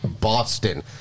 Boston